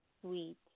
sweet